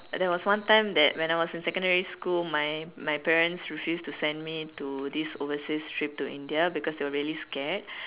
there was one time that when I was in secondary school my my parents refused to send me to this overseas trip to India because they were really scared